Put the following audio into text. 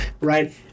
right